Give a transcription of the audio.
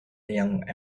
young